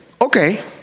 okay